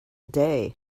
day